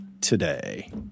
today